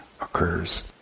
occurs